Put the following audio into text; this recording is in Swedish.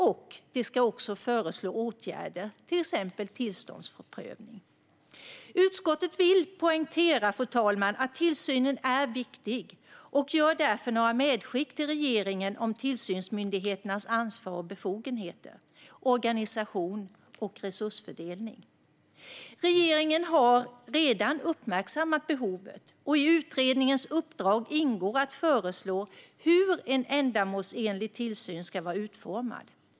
Utredningen ska också föreslå åtgärder, till exempel tillståndsprövning. Utskottet vill poängtera, fru talman, att tillsynen är viktig och gör därför några medskick till regeringen om tillsynsmyndigheternas ansvar och befogenheter, organisation och resursfördelning. Regeringen har redan uppmärksammat behovet, och i utredningens uppdrag ingår att föreslå hur en ändamålsenlig tillsyn ska vara utformad.